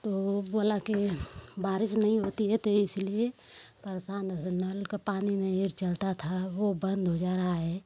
तो वो बोला कि बारिश नहीं होती है तो ये इसलिए परेशान हैं नल का पानी नहीं एर चलता था वो बंद हो जा रहा है